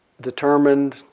determined